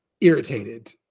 irritated